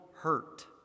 hurt